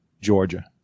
Georgia